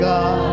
God